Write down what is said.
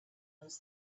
was